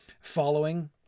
following